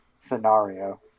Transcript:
scenario